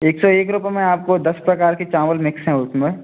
एक सौ एक रुपये में आपको दस प्रकार के चावल मिक्स हैं उसमें